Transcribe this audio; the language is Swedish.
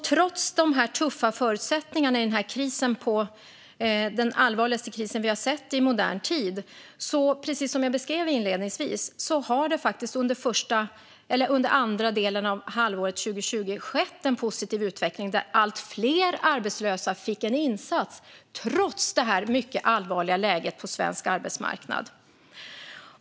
Trots dessa tuffa förutsättningar i den allvarligaste kris vi har sett i modern tid blev det faktiskt, som jag beskrev inledningsvis, en positiv utveckling under det andra halvåret 2020: Allt fler arbetslösa fick en insats, trots det mycket allvarliga läget på svensk arbetsmarknad.